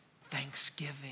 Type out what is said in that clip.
thanksgiving